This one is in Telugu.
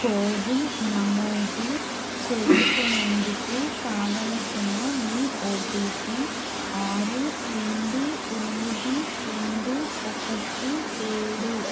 కోవిన్ నమోదు చేసుకునేందుకు కావలసిన మీ ఓటిపి ఆరు రెండు ఎనిమిది రెండు ఒకటి ఏడు